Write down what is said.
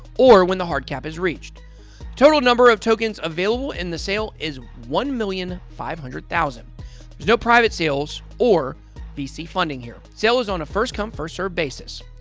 or when the hard cap is reached. the total number of tokens available in the sale is one million five hundred thousand. there's no private sales or vc funding here. sale is on a first come, first serve basis.